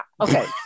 okay